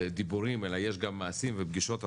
דיבורים אלא יש גם מעשים ופגישות עבודה,